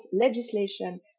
legislation